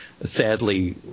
sadly